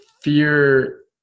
fear